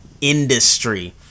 Industry